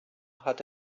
hat